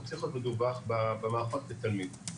הוא צריך להיות מדווח במערכות כתלמיד.